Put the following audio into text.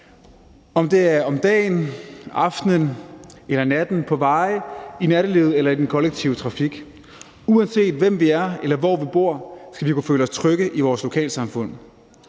om det er om dagen, om aftenen eller om natten, eller om det er på veje, i nattelivet eller i den kollektive trafik. Uanset hvem vi er, eller hvor vi bor, skal vi kunne føle os trygge i vores lokalsamfund.